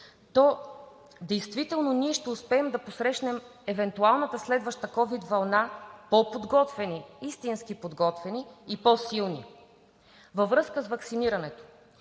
то действително ще успеем да посрещнем евентуалната следваща ковид вълна по подготвени, истински подготвени и по-силни. Във връзка с ваксинирането.